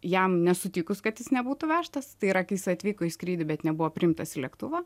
jam nesutikus kad jis nebūtų vežtas tai yra kai jis atvyko į skrydį bet nebuvo priimtas į lėktuvą